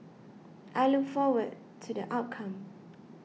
I look forward to the outcome